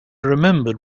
remembered